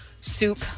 soup